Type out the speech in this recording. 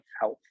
health